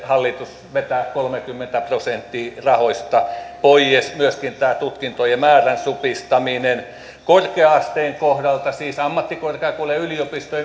hallitus vetää kolmekymmentä prosenttia rahoista pois myöskin on tämä tutkintojen määrän supistaminen korkea asteen kohdalta siis ammattikorkeakouluille ja yliopistoille